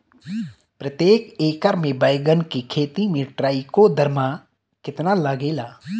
प्रतेक एकर मे बैगन के खेती मे ट्राईकोद्रमा कितना लागेला?